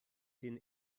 den